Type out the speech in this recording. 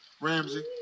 Ramsey